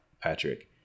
Patrick